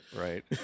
right